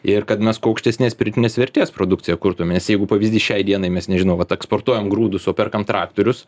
ir kad mes kuo aukštesnės pridėtinės vertės produkciją kurtume nes jeigu pavyzdys šiai dienai mes nežinom vat eksportuojam grūdus o perkam traktorius